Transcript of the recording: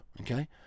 okay